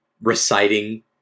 reciting